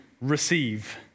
Receive